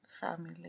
family